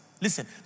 listen